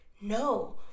No